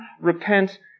repent